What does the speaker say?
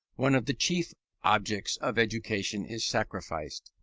one of the chief objects of education is sacrificed.